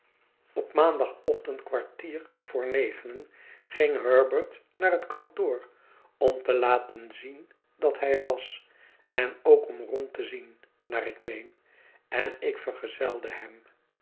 op maandagochtend kwartier voor negenen ging herbert naar het kantoor om te laten zien dat hij er was en ook om rond te zien naar ik meen en ik vergezelde hem